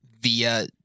via